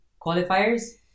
qualifiers